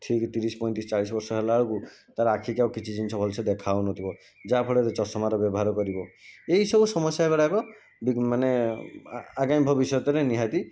ଠିକ୍ ତିରିଶ ପଞ୍ଚତିରିଶ ଚାଳିଶ ବର୍ଷ ହେଲା ବେଳକୁ ତା'ର ଆଖିକୁ ଆଉ କିଛି ଜିନିଷ ଭଲସେ ଦେଖାଯାଉନଥିବ ଯାହାଫଳରେ ଚଷମାର ବ୍ୟବହାର କରିବ ଏହିସବୁ ସମସ୍ୟାଗୁଡ଼ାକ ବିଗ ମାନେ ଆଗାମୀ ଭବିଷ୍ୟତରେ ନିହାତି